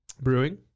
Brewing